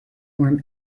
form